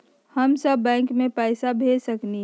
हम सब बैंक में पैसा भेज सकली ह?